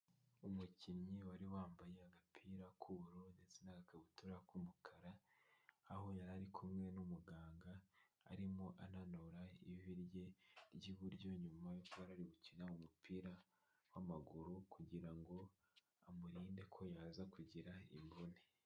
Umukinnyi wari wambaye agapira k'ubururu ndetse n'agakabutura k'umukara aho yari ari kumwe n'umuganga arimo ananura ivi rye ry'iburyo nyuma yuko yarari gukina umupira w'amaguru kugira ngo amurinde ko yaza kugira imvune.